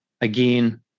again